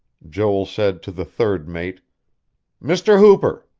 joel said to the third mate mr. hooper,